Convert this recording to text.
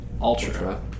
Ultra